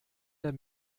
der